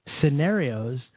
scenarios